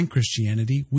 Christianity